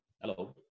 Hello